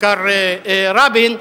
כיכר רבין,